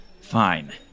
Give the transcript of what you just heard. Fine